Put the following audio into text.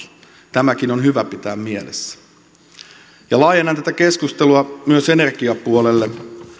tämäkin on hyvä pitää mielessä laajennan tätä keskustelua myös energiapuolelle